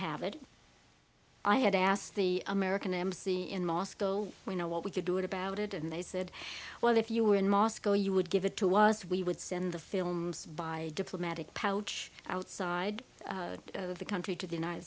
have it i had asked the american embassy in moscow we know what we could do about it and they said well if you were in moscow you would give it to was we would send the films by diplomatic pouch outside of the country to the united